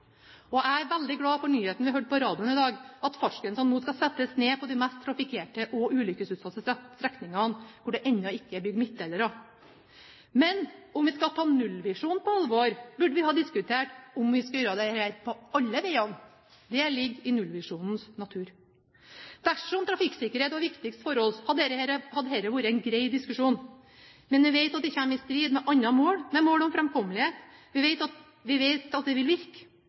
km/t. Jeg er veldig glad for nyheten vi hørte på radioen i dag – at fartsgrensen nå skal settes ned på de mest trafikkerte og ulykkesutsatte strekningene hvor det ennå ikke er bygd midtdelere. Men om vi skal ta nullvisjonen på alvor, burde vi ha diskutert om vi skal gjøre dette på alle veiene. Det ligger i nullvisjonens natur. Dersom trafikksikkerhet var viktigst for oss, hadde dette vært en grei diskusjon. Men vi vet at det kommer i strid med andre mål – med mål om framkommelighet. Vi vet at det vil virke,